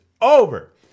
over